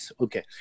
Okay